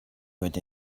wird